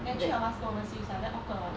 then three of us go overseas like damn awkward [what]